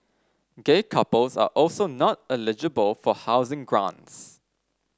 gay couples are also not eligible for housing grants